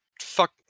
Fuck